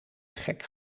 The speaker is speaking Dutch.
gek